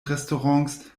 restaurants